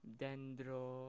dendro